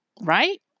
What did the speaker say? right